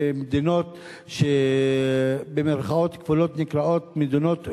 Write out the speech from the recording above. במדינות שבמירכאות כפולות נקראות "מדינות אויב",